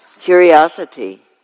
Curiosity